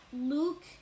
Luke